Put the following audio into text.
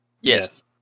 Yes